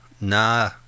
nah